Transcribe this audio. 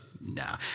Nah